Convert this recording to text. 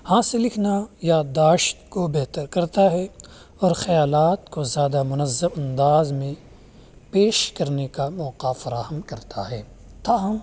ہاتھ سے لکھنا یادداشت کو بہتر کرتا ہے اور خیالات کو زیادہ منظم انداز میں پیش کرنے کا موقع فراہم کرتا ہے تاہم